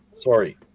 Sorry